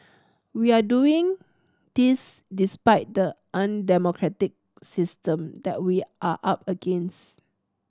we are doing this despite the undemocratic system that we are up against